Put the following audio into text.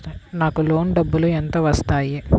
నాకు లోన్ డబ్బులు ఎంత వస్తాయి?